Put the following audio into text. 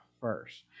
first